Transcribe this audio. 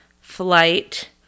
flight